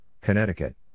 Connecticut